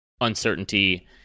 uncertainty